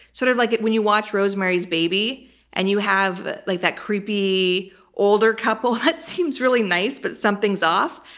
sort of like it when you watch rosemary's baby and you have but like that creepy older couple that seems really nice but something's off.